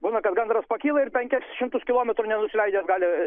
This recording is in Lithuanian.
būna kad gandras pakyla ir penkis šimtus kilometrų nenusileidęs gali